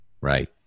Right